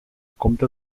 compte